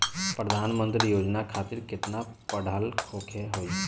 प्रधानमंत्री योजना खातिर केतना पढ़ल होखे के होई?